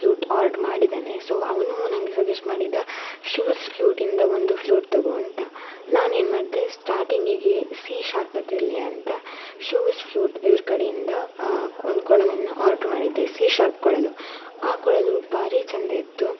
flute order ಮಾಡಿದ್ದಾನೆ so ಅವ್ನು ನನಗೆ ಸಜೆಶ್ಟ್ ಮಾಡಿದ್ದ ಶಿವಾಸ್ ಫ್ಲೂಟಿಂದ ಒಂದು ಫ್ಲೂಟ್ ತಗೋ ಅಂತ ನಾನೇನು ಮಾಡಿದೆ ಸ್ಟಾಟಿಂಗಿಗೆ ಸಿ ಶಾರ್ಪದ್ದಿರಲಿ ಅಂತ ಶಿವಾಸ್ ಫ್ಲೂಟ್ ಇವ್ರ ಕಡೆಯಿಂದ ಒಂದು ಕೊಳಲನ್ನು ಆಡ್ರ್ ಮಾಡಿದ್ದೆ ಸಿ ಶಾರ್ಪ್ ಕೊಳಲು ಆ ಕೊಳಲು ಭಾರಿ ಚೆಂದ ಇತ್ತು